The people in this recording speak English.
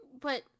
But-